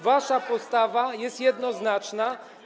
Wasza postawa jest jednoznaczna.